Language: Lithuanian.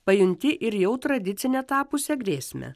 pajunti ir jau tradicine tapusią grėsmę